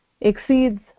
exceeds